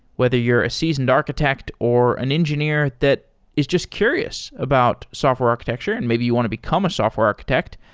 whether you're a seasoned architect or an engineer that is just curious about software architecture and maybe you want to become a software architect,